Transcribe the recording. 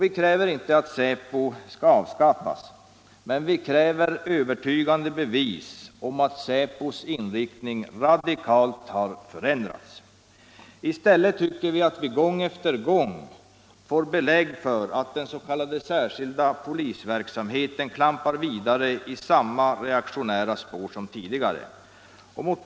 Vi kräver inte att säpo skall avskaffas, men vi kräver övertygande bevis på att säpos inriktning radikalt har ändrats. I stället tycker vi att vi gång efter gång får belägg för att den s.k. särskilda polisverksamheten klampar vidare i samma reaktionära spår som tidigare.